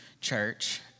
church